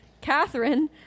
Catherine